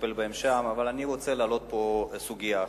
נטפל בהם שם, אבל אני רוצה להעלות פה סוגיה אחרת.